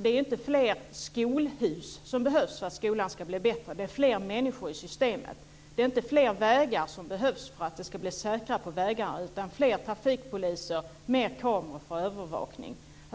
Det är inte fler skolhus som behövs för att skolan ska bli bättre; det är fler människor i systemet. Det är inte fler vägar som behövs för att det ska bli säkrare på vägarna utan fler trafikpoliser och fler kameror för övervakning.